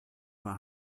war